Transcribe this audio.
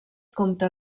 compte